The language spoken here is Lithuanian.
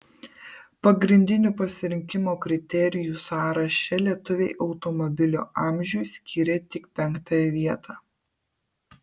pagrindinių pasirinkimo kriterijų sąraše lietuviai automobilio amžiui skyrė tik penktąją vietą